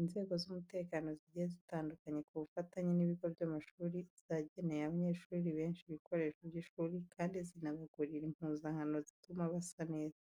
Inzego z'umutekano zigiye zitandukanye ku bufatanye n'ibigo by'amashuri zageneye abanyeshuri benshi ibikoresho by'ishuri kandi zinabagurira impuzankano zituma basa neza.